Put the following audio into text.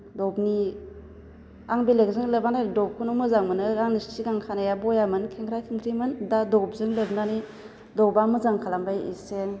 ड'भनि आं बेलेकजों लोबानो ड'भखौनो मोजां मोनो आंनि सिगांनि खानाया बयामोन खेंख्रा खेंख्रिमोन दा ड'भजों लोबनानै ड'भआ मोजां खालामबाय एसे